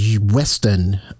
Western